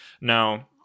Now